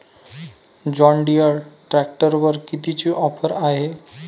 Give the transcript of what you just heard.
John Deere ट्रॅक्टरवर कितीची offer हाये?